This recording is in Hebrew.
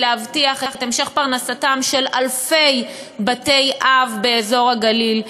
להבטיח את המשך פרנסתם של אלפי בתי-אב באזור הגליל.